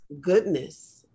goodness